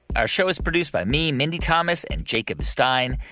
our show is produced by me, mindy thomas and jacob stein.